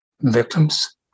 victims